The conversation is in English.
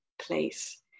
place